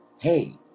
Hey